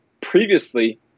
previously